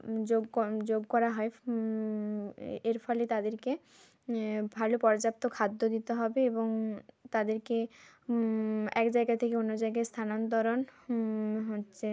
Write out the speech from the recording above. যোগ ক যোগ করা হয় এর ফলে তাদেরকে ভালো পর্যাপ্ত খাদ্য দিতে হবে এবং তাদেরকে এক জায়গা থেকে অন্য জায়গায় স্থানান্তরণ হচ্ছে